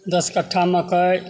दस कट्ठा मकइ